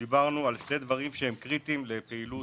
דיברנו על שני דברים שהם קריטיים בתעשייה,